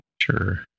Sure